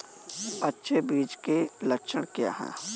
अच्छे बीज के लक्षण क्या हैं?